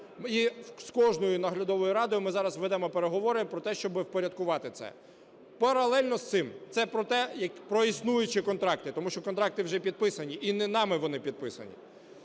і з кожною наглядовою радою ми зараз ведемо переговори про те, щоби впорядкувати це. Паралельно з цим, це про те, про існуючі контракти, тому що контракти вже підписані, і не нами вони підписані,